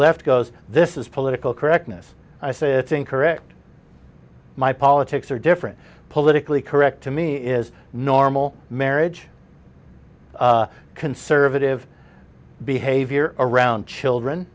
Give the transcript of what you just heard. left goes this is political correctness i say it's incorrect my politics are different politically correct to me is normal marriage conservative behavior around children